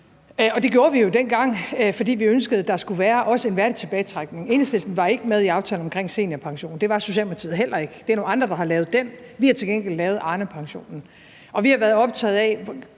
det gjorde vi jo dengang, fordi vi ønskede, at der også skulle være en værdig tilbagetrækning. Enhedslisten var ikke med i aftalen om seniorpension, og det var Socialdemokratiet heller ikke; det er nogle andre, der har lavet den. Vi har til gengæld lavet Arnepensionen, og vi har været optaget af,